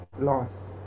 loss